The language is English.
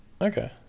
Okay